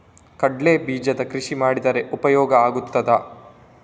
ಕಡ್ಲೆ ಬೀಜದ ಕೃಷಿ ಮಾಡಿದರೆ ಉಪಯೋಗ ಆಗುತ್ತದಾ?